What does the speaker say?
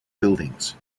buildings